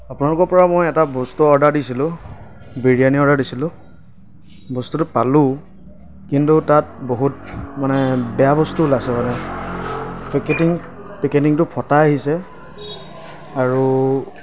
আপোনালোকৰ পৰা মই এটা বস্তু অৰ্ডাৰ দিছিলোঁ বিৰিয়ানী অৰ্ডাৰ দিছিলোঁ বস্তুটো পালোঁ কিন্তু তাত বহুত মানে বেয়া বস্তু ওলাইছে মানে পেকেটিং পেকেটিংটো ফটা আহিছে আৰু